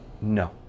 No